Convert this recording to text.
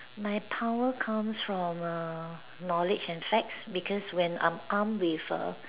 my power comes from err knowledge and facts because when I'm armed with err